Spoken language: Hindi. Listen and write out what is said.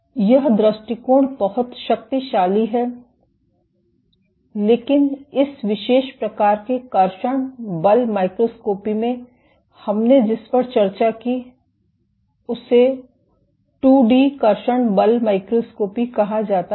तो यह दृष्टिकोण बहुत शक्तिशाली है लेकिन इस विशेष प्रकार के कर्षण बल माइक्रोस्कोपी में हमने जिस पर चर्चा की है उसे 2 डी कर्षण बल माइक्रोस्कोपी कहा जाता है